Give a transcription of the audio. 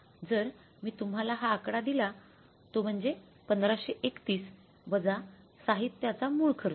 जर मी तुम्हाला हा आकडा दिला तो म्हणजे १५३१ वजा साहित्याचा मूळ खर्च